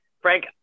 Frank